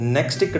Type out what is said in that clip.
Next